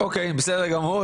בסדר גמור.